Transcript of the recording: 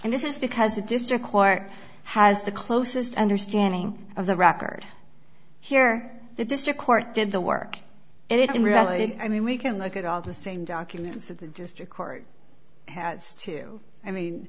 and this is because the district court has the closest understanding of the record here the district court did the work it in reality i mean we can look at all the same documents of the district court has to i mean